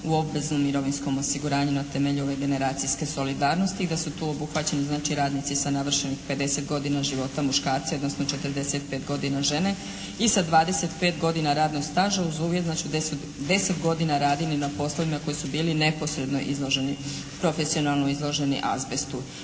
u obveznom mirovinskom osiguranju na temelju ove generacijske solidarnosti. I da su tu obuhvaćeni znači radnici sa navršenih 50 godina života muškarci odnosno 45 godina žene. I sa 25 godina radnog staža uz uvjet … /Govornica se ne razumije./ … 10 godina radili na poslovima koji su bili neposredno izloženi, profesionalno izloženi azbestu.